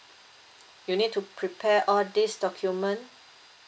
you need to prepare all this document